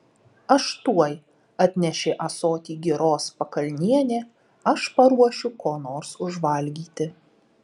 aš tuoj atnešė ąsotį giros pakalnienė aš paruošiu ko nors užvalgyti